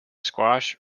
squash